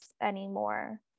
anymore